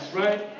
right